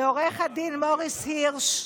לעו"ד מוריס הירש,